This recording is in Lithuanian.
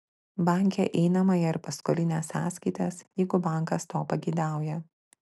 banke einamąją ir paskolinę sąskaitas jeigu bankas to pageidauja